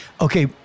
okay